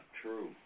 true